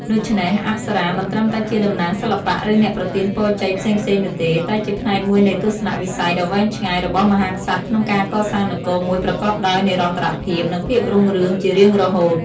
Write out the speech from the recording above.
ដូច្នេះ អប្សរាមិនត្រឹមតែជាតំណាងសិល្បៈ ឬអ្នកប្រទានពរជ័យផ្សេងៗនោះទេ តែជាផ្នែកមួយនៃទស្សនៈវិស័យដ៏វែងឆ្ងាយរបស់មហាក្សត្រក្នុងការកសាងនគរមួយប្រកបដោយនិរន្តរភាព និងភាពរុងរឿងជារៀងរហូត។